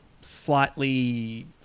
slightly